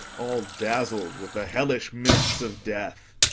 all dazzled with the hellish mists of death.